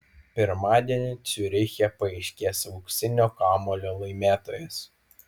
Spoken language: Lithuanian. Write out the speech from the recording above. pirmadienį ciuriche paaiškės auksinio kamuolio laimėtojas